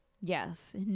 Yes